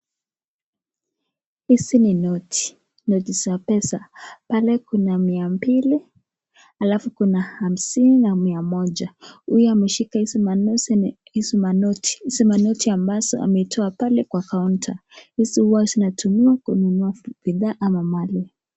Hizi ni noti, noti za pesa pale kuna mia mbili alfu kuna hamsini na mia moja huyu ameashika hizi manoti ambazo ametoa pale kwa kaunta ,hizi huwa zinatumiwa kununua bidhaa ama mali.